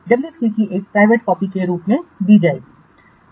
W 3 की एक copy private copy के रूप में दी जाएगी